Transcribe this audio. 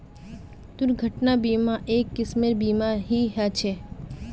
दुर्घटना बीमा, एक किस्मेर बीमा ही ह छे